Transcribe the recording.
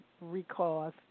recall